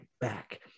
back